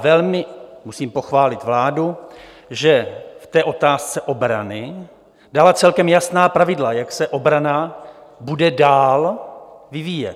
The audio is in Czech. Velmi musím pochválit vládu, že v otázce obrany dala celkem jasná pravidla, jak se obrana bude dál vyvíjet.